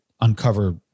uncover